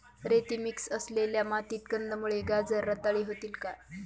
रेती मिक्स असलेल्या मातीत कंदमुळे, गाजर रताळी होतील का?